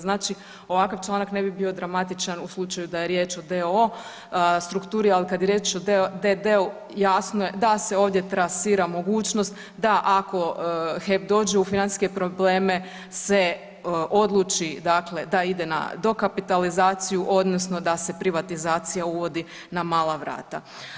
Znači ovakav članak ne bi bio dramatičan u slučaju da je riječ o d.o.o. strukturi, ali kad je riječ o d.d. jasno je da se ovdje trasira mogućnost da ako HEP dođe u financijske probleme se odluči dakle da ide na dokapitalizaciju odnosno da se privatizacija uvodi na mala vrata.